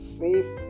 faith